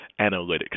analytics